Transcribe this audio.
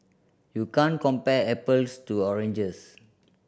you can't compare apples to oranges